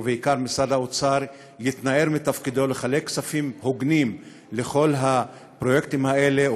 בעיקר משרד האוצר יתנער מתפקידו לחלק כספים הוגנים לכל הפרויקטים האלה,